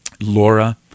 Laura